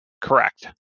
Correct